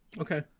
Okay